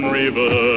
river